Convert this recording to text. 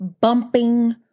bumping